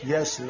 Yes